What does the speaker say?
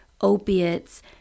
opiates